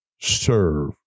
serve